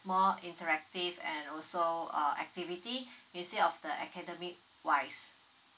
more interactive and also uh activity instead of the academic wise